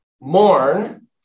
mourn